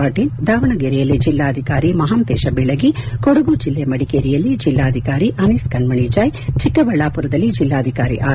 ಪಾಟೀಲ್ ದಾವಣಗೆರೆಯಲ್ಲಿ ಜಿಲ್ಲಾಧಿಕಾರಿ ಮಹಾಂತೇಶ ಬೀಳಗಿ ಕೊಡಗು ಜಿಲ್ಲೆ ಮಡಿಕೇರಿಯಲ್ಲಿ ಜಿಲ್ಲಾಧಿಕಾರಿ ಅನೀಸ್ ಕಣ್ಮಣಿ ಜಾಯ್ ಚಿಕ್ಕಬಳ್ಳಾಮರದಲ್ಲಿ ಜಿಲ್ಲಾಧಿಕಾರಿ ಆರ್